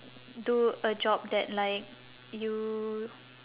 do a job that like you